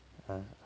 uh